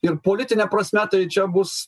ir politine prasme tai čia bus